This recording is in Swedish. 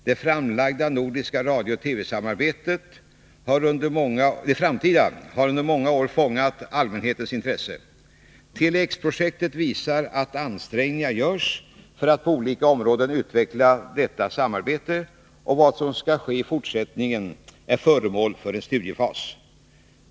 Det framtida nordiska radio-TV-samarbetet har under många år fångat allmänhetens intresse. Tele-X-projektet visar att ansträngningar görs för att på olika områden utveckla detta samarbete, och vad som skall ske i fortsättningen är föremål för en studiefas.